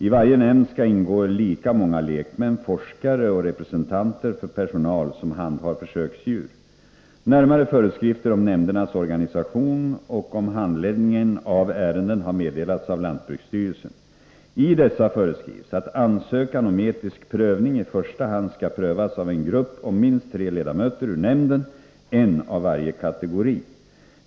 I varje nämnd skall ingå lika många lekmän, forskare och representanter för personal som handhar försöksdjur. Närmare föreskrifter om nämndernas organisation och om handläggningen av ärenden har meddelats av lantbruksstyrelsen. I dessa föreskrivs att ansökan om etisk prövning i första hand skall prövas av en grupp om minst tre ledamöter ur nämnden, en av varje kategori.